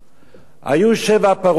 היו שבע פרות רזות